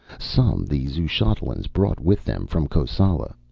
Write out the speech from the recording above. some the xuchotlans brought with them from kosala.